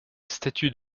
statut